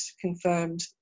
confirmed